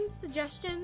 suggestions